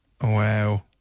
Wow